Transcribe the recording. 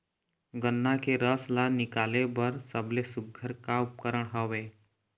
गन्ना के रस ला निकाले बर सबले सुघ्घर का उपकरण हवए?